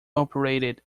operated